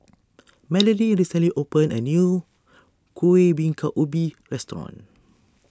Melanie recently opened a new Kueh Bingka Ubi restaurant